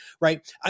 right